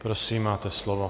Prosím, máte slovo.